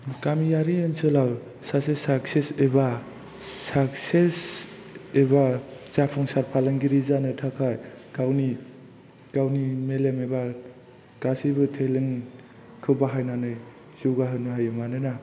गामियारि ओनसोलाव सासे साकसेस एबा जाफुंसार फालांगिरि जानो थाखाय गावनि मेलेम एबा गासिबो टेलेन्टखौ बाहायनानै जौगाहोनो हायो मानोना